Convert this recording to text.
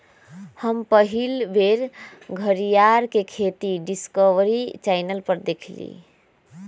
हम पहिल बेर घरीयार के खेती डिस्कवरी चैनल पर देखली